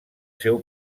seu